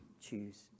choose